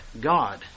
God